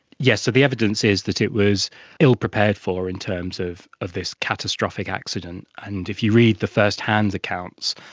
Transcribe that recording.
yes, so the evidence is that it was ill-prepared for in terms of of this catastrophic accident. and if you read the first-hand accounts,